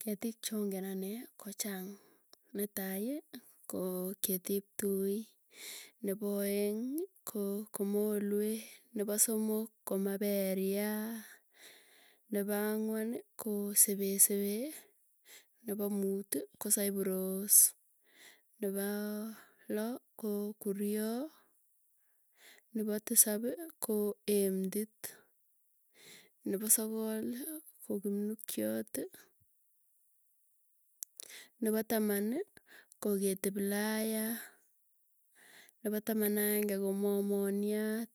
Ketik chang'en anee, ko chang netai ko ketip tui, nepoeng ko komolue, nepo somok ko maperia, nepa angwan ko sepesepe, nepo muut ko cypross, nepoo loo ko kuryoo, nepo tisap ko emndit, nepo sogoli ko kupnukiot, nepa taman ko keti playa, nepo taman aenge koo momoniat,